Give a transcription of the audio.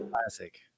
Classic